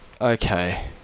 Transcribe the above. Okay